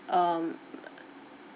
um